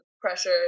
pressure